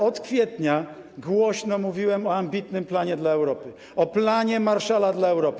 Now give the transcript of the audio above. Od kwietnia głośno mówiłem o ambitnym planie dla Europy, o planie Marshalla dla Europy.